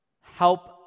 help